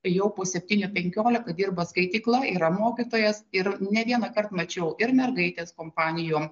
jau po septynių penkiolika dirba skaitykla yra mokytojas ir ne vienąkart mačiau ir mergaitės kompanijom